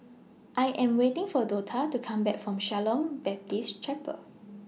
I Am waiting For Dortha to Come Back from Shalom Baptist Chapel